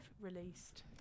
released